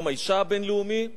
יום האשה הבין-לאומי,